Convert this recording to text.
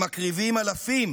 הם מקריבים אלפים